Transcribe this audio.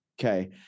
Okay